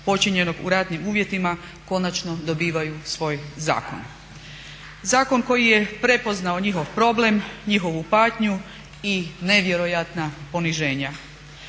počinjenog u ratnim uvjetima konačno dobivaju svoj zakon. Zakon koji je prepoznao njihov problem, njihovu patnju i nevjerojatna poniženja.